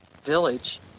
village